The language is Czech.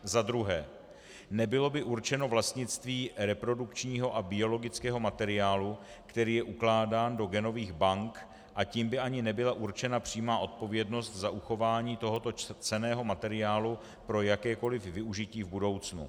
Za druhé, nebylo by určeno vlastnictví reprodukčního a biologického materiálu, který je ukládán do genových bank, a tím by ani nebyla určena přímá odpovědnost za uchování tohoto cenného materiálu pro jakékoliv využití v budoucnu.